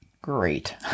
great